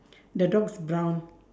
the dog is brown